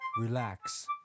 Relax